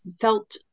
felt